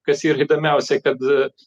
kas yr įdomiausia kad